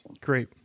Great